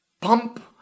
pump